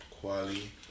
Quality